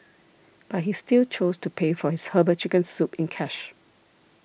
but he still chose to pay for his Herbal Chicken Soup in cash